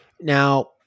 Now